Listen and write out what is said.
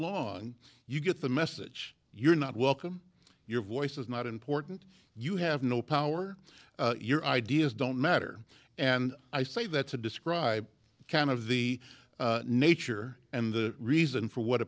long you get the message you're not welcome your voice is not important you have no power your ideas don't matter and i say that to describe kind of the nature and the reason for what